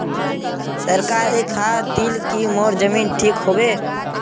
सरकारी खाद दिल की मोर जमीन ठीक होबे?